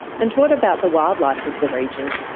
and what about the wildlife of the region?